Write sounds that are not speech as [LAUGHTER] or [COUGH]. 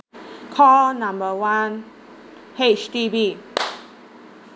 call number one H_D_B [NOISE]